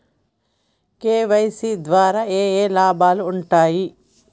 KYC ద్వారా ఏఏ లాభాలు ఉంటాయి?